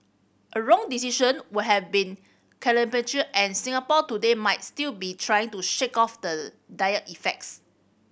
a wrong decision would have been and Singapore today might still be trying to shake off the dire effects